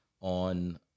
on